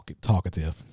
talkative